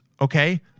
okay